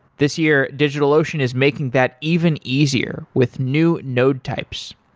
this year, digitalocean is making that even easier with new node types.